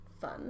fun